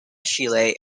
chile